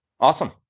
Awesome